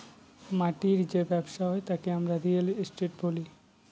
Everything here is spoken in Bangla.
মাটির যে ব্যবসা হয় তাকে আমরা রিয়েল এস্টেট বলি